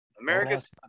America's